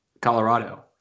colorado